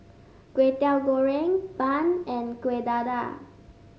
Kway Teow Goreng Bun and Kueh Dadar